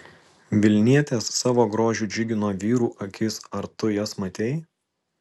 vilnietės savo grožiu džiugino vyrų akis ar tu jas matei